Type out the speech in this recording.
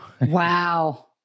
Wow